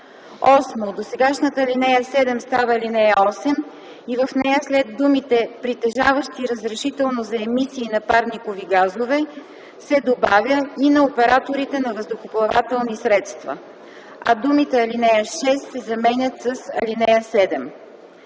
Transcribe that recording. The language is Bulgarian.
8. Досегашната ал. 7 става ал. 8 и в нея след думите „притежаващи разрешително за емисии на парникови газове” се добавя „и на операторите на въздухоплавателни средства”, а думите „ал. 6” се заменят с „ал. 7”.